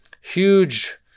huge